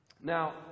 Now